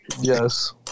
Yes